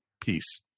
Peace